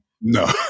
No